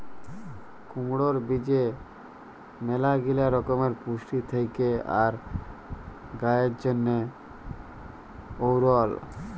কুমড়র বীজে ম্যালাগিলা রকমের পুষ্টি থেক্যে আর গায়ের জন্হে এঔরল